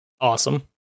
awesome